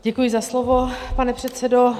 Děkuji za slovo, pane předsedo.